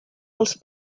els